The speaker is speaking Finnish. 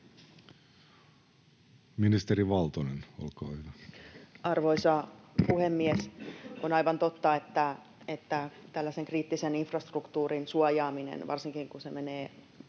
Wickström r) Time: 16:48 Content: Arvoisa puhemies! On aivan totta, että tällaisen kriittisen infrastruktuurin suojaaminen, varsinkin kun se menee